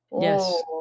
yes